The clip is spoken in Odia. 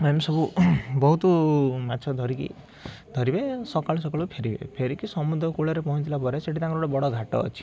ଏମିତି ସବୁ ବହୁତ ମାଛ ଧରିକି ଧରିବେ ସକାଳୁ ସକାଳୁ ଫେରି ଫେରିକି ସମୁଦ୍ର କୂଳରେ ପହଁଚିଲା ପରେ ସେଇଠି ତାଙ୍କର ଗୋଟେ ବଡ଼ ଘାଟ ଅଛି